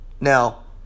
Now